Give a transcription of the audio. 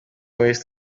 west